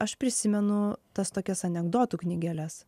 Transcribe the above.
aš prisimenu tas tokias anekdotų knygeles